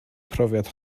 profiad